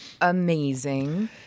amazing